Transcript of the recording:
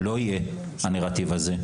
לא יהיה הנרטיב הזה,